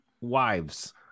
wives